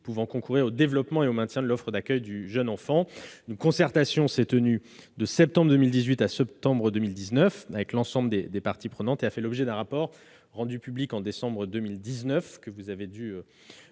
pouvant concourir au développement et au maintien de l'offre d'accueil du jeune enfant. Une concertation s'est tenue, de septembre 2018 à septembre 2019, avec l'ensemble des parties prenantes. Elle a fait l'objet d'un rapport rendu public en décembre 2019, rapport que vous avez